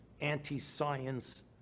anti-science